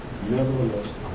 Nevertheless